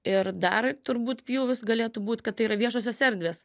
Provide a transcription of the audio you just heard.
ir dar turbūt pjūvis galėtų būt kad tai yra viešosios erdvės